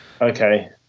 Okay